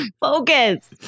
Focus